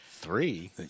Three